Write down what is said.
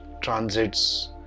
transits